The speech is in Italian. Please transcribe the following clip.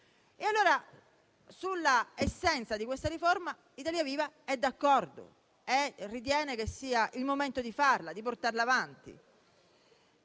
nell'uso. Sull'essenza di questa riforma, Italia Viva è d'accordo e ritiene che sia il momento di farla, di portarla avanti.